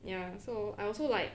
ya so I also like